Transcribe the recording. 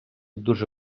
дуже